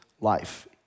life